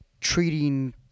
treating